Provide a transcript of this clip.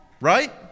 Right